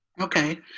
Okay